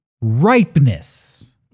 ripeness